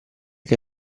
che